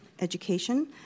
Education